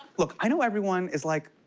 look, i know everyone is like,